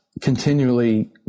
continually